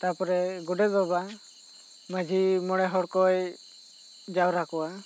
ᱛᱟ ᱯᱚᱨᱮ ᱜᱤᱰᱮᱛ ᱵᱟᱵᱟ ᱢᱟᱹᱡᱷᱤ ᱢᱚᱬᱮ ᱦᱚᱲ ᱠᱚᱭ ᱡᱟᱣᱨᱟ ᱠᱚᱣᱟ